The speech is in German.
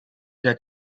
der